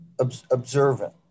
observant